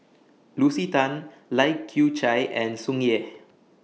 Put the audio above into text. Lucy Tan Lai Kew Chai and Tsung Yeh